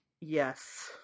Yes